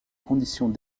conditions